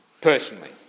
Personally